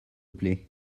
plait